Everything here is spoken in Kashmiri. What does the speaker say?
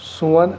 سون